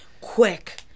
quick